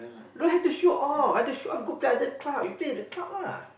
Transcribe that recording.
why you have to show off why to show off go to club you play in the club lah